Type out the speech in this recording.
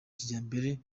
kijyambere